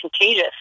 contagious